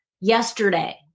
yesterday